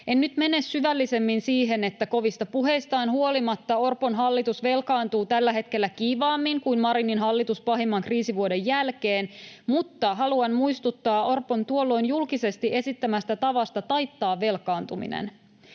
En nyt mene syvällisemmin siihen, että kovista puheistaan huolimatta Orpon hallitus velkaantuu tällä hetkellä kiivaammin kuin Marinin hallitus pahimman kriisivuoden jälkeen, mutta haluan muistuttaa Orpon tuolloin julkisesti esittämästä tavasta taittaa velkaantuminen.